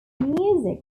music